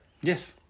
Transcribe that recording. Yes